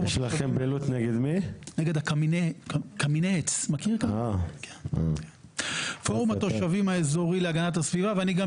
אני מפורום התושבים האזורי להגנת הסביבה ואני גם